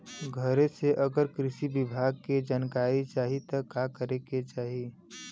घरे से अगर कृषि विभाग के जानकारी चाहीत का करे के चाही?